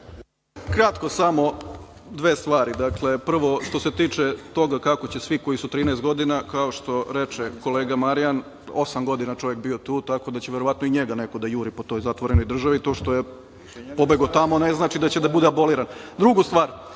Kratko samo o dve stvari. Prvo, što se tiče toga kako će svi koji su 13 godina, kao što reče kolega Marijan, osam godina je čovek bio tu, tako da će i njega neko da juri po zatvorenoj državi. To što je pobegao tamo ne znači da će biti aboliran. Druga stvar,